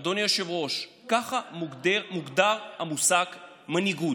אדוני היושב-ראש, ככה מוגדר המושג מנהיגות.